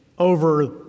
over